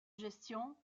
gestion